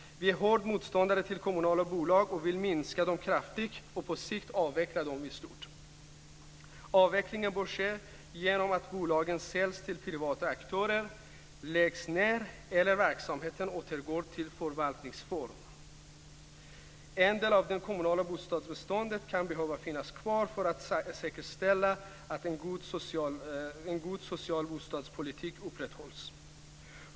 Vi är motståndare till kommunala bolag och vill minska dem kraftigt och på sikt avveckla dem. Avvecklingen bör ske genom att bolagen säljs till privata aktörer, läggs ned eller att verksamheten återgår till förvaltningsform. En del av det kommunala bostadsbeståndet kan behöva finnas kvar för att säkerställa att en god social bostadspolitik upprätthålls.